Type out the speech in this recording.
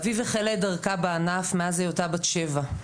אביב החלה את דרכה בענף מאז היותה בת שבע.